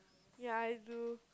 ya I do